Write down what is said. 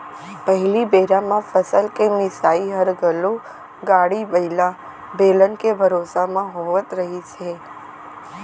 पहिली बेरा म फसल के मिंसाई हर घलौ गाड़ी बइला, बेलन के भरोसा म होवत रहिस हे